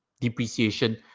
depreciation